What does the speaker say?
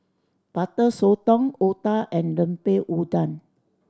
Butter Sotong otah and Lemper Udang